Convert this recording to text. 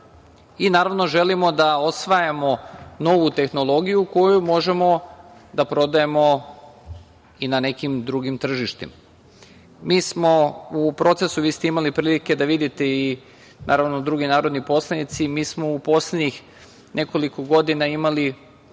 i naravno želimo da osvajamo novu tehnologiju koju možemo da prodajemo i na nekim drugim tržištima. Mi smo u procesu, vi ste imali prilike da vidite, naravno, i drugi narodni poslanici, mi smo u poslednjih nekoliko godina imali